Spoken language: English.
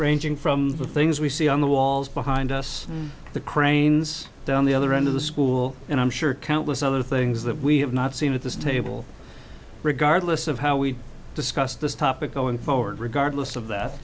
ranging from the things we see on the walls behind us the cranes down the other end of the school and i'm sure countless other things that we have not seen at this table regardless of how we discuss this topic going forward regardless of that